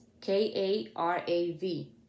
K-A-R-A-V